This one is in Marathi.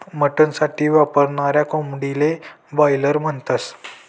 मटन साठी वापरनाऱ्या कोंबडीले बायलर म्हणतस